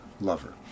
lover